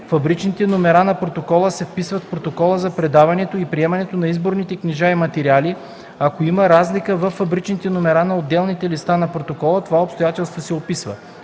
фабричните номера на протоколите се вписват в протокола за предаването и приемането на изборните книжа и материали; ако има разлика във фабричните номера на отделните листи на протоколите, това обстоятелство се описва;